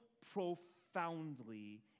profoundly